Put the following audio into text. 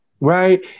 Right